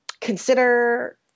Consider